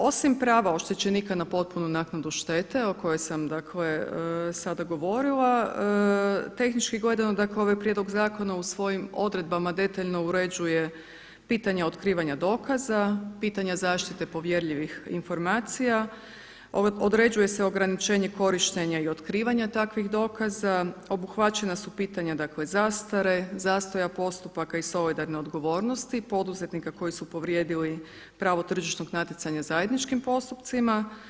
Osim prava oštečenika na potpunu naknadu štete o kojoj sam dakle sada govorila tehnički gledano, dakle ovaj prijedlog zakona u svojim odredbama detaljno uređuje pitanja otkrivanja dokaza, pitanja zaštite povjerljivih informacija, određuje se ograničenje korištenja i otkrivanja takvih dokaza, obuhvaćena su pitanja, dakle zastare, zastoja postupaka i solidarne odgovornosti poduzetnika koji su povrijedili pravo tržišnog natjecanja zajedničkim postupcima.